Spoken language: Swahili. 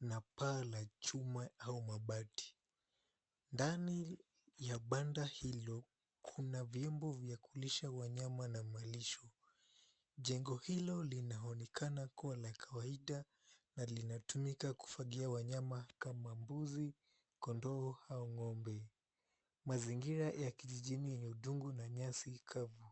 na paa la chuma au mabati. Ndani ya banda hilo kuna vyombo vya kulisha wanyama na malisho. Jengo hilo linaonekana kuwa la kawaida na linatumika kufugia wanyama kama mbuzi, kondoo au ng'ombe. Mazingira ya kijijini ni udongo na nyasi kavu.